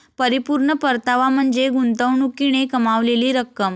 परिपूर्ण परतावा म्हणजे गुंतवणुकीने कमावलेली रक्कम